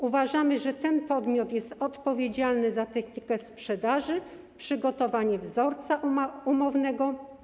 Uważamy, że ten podmiot jest odpowiedzialny za technikę sprzedaży, przygotowanie wzorca umownego.